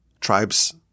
tribes